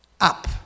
up